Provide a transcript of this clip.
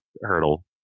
hurdle